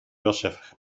joseph